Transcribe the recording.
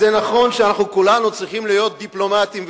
זה נכון שאנחנו כולנו צריכים להיות דיפלומטיים,